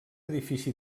edifici